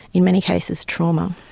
in many cases, trauma.